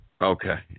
Okay